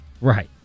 Right